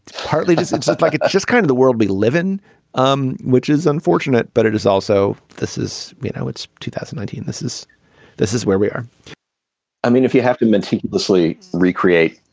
partly just it's it's like it's just kind of the world we live in um which is unfortunate but it is also this is you know it's two thousand and nineteen. this is this is where we are i mean if you have to meticulously recreate